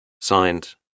Signed